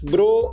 Bro